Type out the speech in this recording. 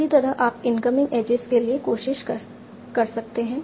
इसी तरह आप इनकमिंग एजेज के लिए कोशिश कर सकते हैं